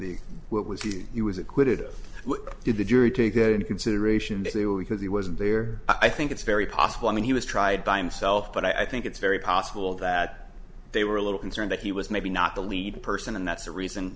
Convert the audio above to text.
the what was he he was acquitted of did the jury take that into consideration that they were because he wasn't there i think it's very possible i mean he was tried by himself but i think it's very possible that they were a little concerned that he was maybe not the lead person and that's the reason